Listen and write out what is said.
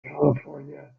california